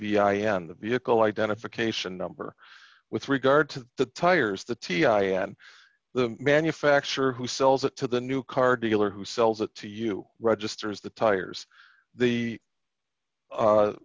am the vehicle identification number with regard to the tires the t i a on the manufacturer who sells it to the new car dealer who sells it to you registers the tires the